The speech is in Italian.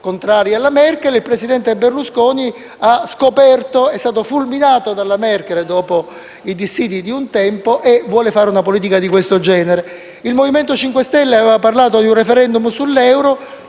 Il presidente Berlusconi è stato fulminato dalla Merkel dopo i dissidi di un tempo e vuole fare una politica di questo genere. Il Movimento 5 Stelle aveva parlato di un *referendum* sull'euro;